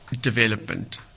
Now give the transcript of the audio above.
development